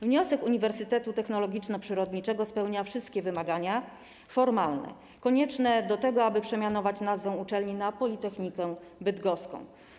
Wniosek Uniwersytetu Technologiczno-Przyrodniczego spełnia wszystkie wymagania formalne konieczne do tego, aby przemianować nazwę uczelni na: Politechnika Bydgoska.